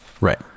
right